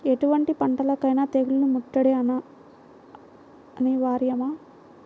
ఎటువంటి పంటలకైన తెగులు ముట్టడి అనివార్యమా?